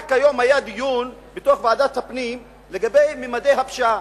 רק היום היה דיון בוועדת הפנים על ממדי הפשיעה.